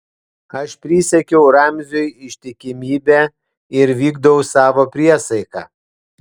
aš prisiekiau ramziui ištikimybę ir vykdau savo priesaiką